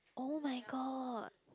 oh-my-god